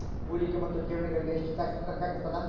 ಹೂಡಿಕೆ ಮತ್ತು ಠೇವಣಿಗಳಿಗ ಎಷ್ಟ ಟಾಕ್ಸ್ ಕಟ್ಟಬೇಕಾಗತದ?